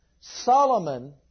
Solomon